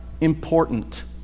important